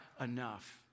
enough